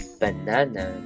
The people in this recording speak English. banana